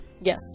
Yes